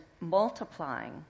multiplying